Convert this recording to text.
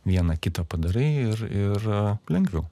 vieną kitą padarai ir ir lengviau